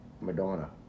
Madonna